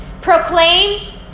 proclaimed